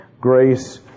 Grace